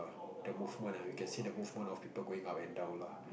the movement ah you can see the movement of people going up and down lah